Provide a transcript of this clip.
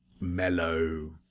mellow